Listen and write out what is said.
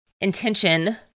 intention